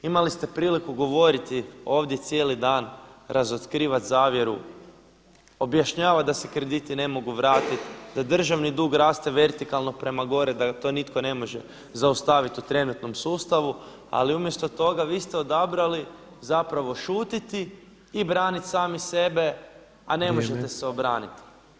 Imali ste priliku govoriti ovdje cijeli dan, razotkrivati zavjeru, objašnjavati da se krediti ne mogu vratiti, da državni dug raste vertikalno prema gore da to nitko ne može zaustaviti u trenutnom sustavu ali umjesto toga vi ste odabrali zapravo šutjeti i braniti sami sebe a ne možete se obraniti.